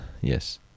yes